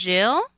Jill